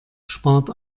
spart